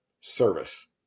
service